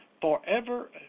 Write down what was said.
forever